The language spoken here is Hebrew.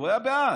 הוא היה בעד,